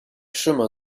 chemin